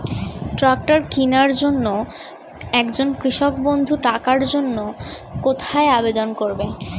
Tractor কিনার জন্য একজন কৃষক বন্ধু টাকার জন্য কোথায় আবেদন করবে?